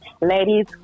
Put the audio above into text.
Ladies